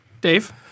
Dave